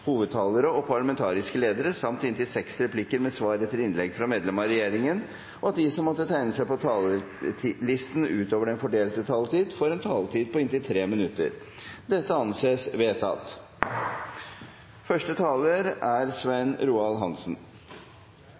hovedtalere og parlamentariske ledere samt inntil seks replikker med svar etter innlegg fra medlem av regjeringen innenfor den fordelte taletid, og at de som måtte tegne seg på talerlisten utover den fordelte taletid, får en taletid på inntil 3 minutter. – Det anses vedtatt.